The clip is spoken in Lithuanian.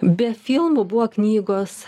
be filmų buvo knygos